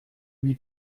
lui